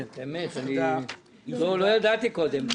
באמת, לא ידעתי קודם.